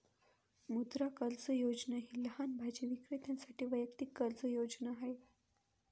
मुद्रा कर्ज योजना ही लहान भाजी विक्रेत्यांसाठी वैयक्तिक कर्ज योजना आहे